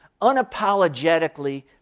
unapologetically